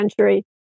century